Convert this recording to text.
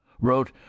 wrote